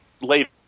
later